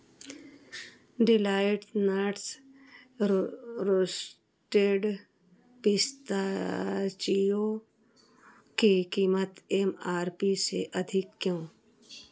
delight Nuts रो roasted pistachio की कीमत एम आर पी से अधिक क्यों